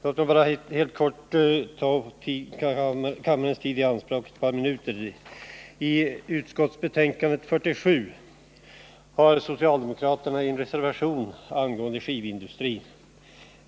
Herr talman! Låt mig ta kammarens tid i anspråk ett par minuter. I utskottsbetänkande 47 har socialdemokraterna en reservation angående skivindustrin.